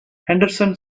henderson